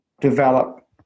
develop